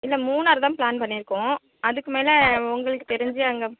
இல்லை மூனார்தான் ப்ளான் பண்ணிருக்கோம் அதுக்கு மேலே உங்களுக்கு தெரிஞ்சு அங்கே